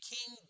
King